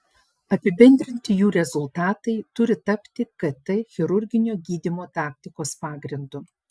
apibendrinti jų rezultatai turi tapti kt chirurginio gydymo taktikos pagrindu